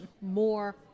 more